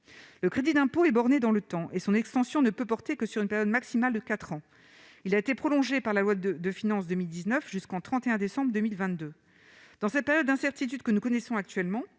le crédit d'impôt est bornée dans le temps et son extension ne peut porter que sur une période maximale de 4 ans, il a été prolongé par la loi de finances 2019 jusqu'au 31 décembre 2022 dans cette période d'incertitude que nous connaissons actuellement,